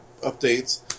updates